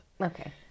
Okay